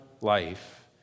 life